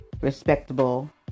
respectable